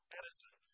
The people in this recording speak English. Edison